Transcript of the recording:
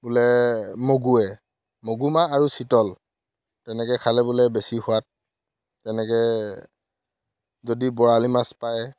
বোলে মগুৱে মগুমাহ আৰু চিতল তেনেকৈ খালে বোলে বেছি সোৱাদ তেনেকৈ যদি বৰালি মাছ পায়